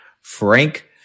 Frank